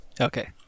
okay